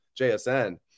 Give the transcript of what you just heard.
JSN